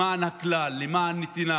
למען הכלל, למען נתינה.